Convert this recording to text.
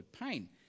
pain